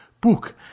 book